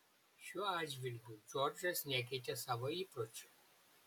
šiuo atžvilgiu džordžas nekeitė savo įpročių